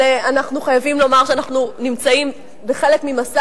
אנחנו חייבים לומר שאנחנו נמצאים בחלק ממסע